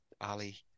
Ali